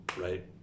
right